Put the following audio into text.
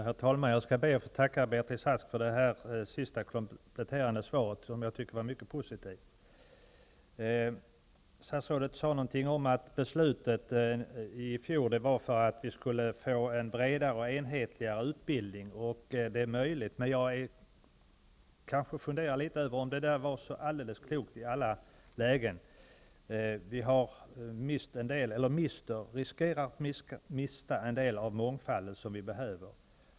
Herr talman! Jag skall be att få tacka Beatrice Ask för det kompletterande svaret, som jag tycker var mycket positivt. Statsrådet sade att det beslut som fattades i fjol syftade till att vi skulle få en bredare och enhetlig utbildning. Det är möjligt. Men jag undrar om det var så alldeles klokt i alla lägen. Vi riskerar att mista en del av den mångfald som vi behöver.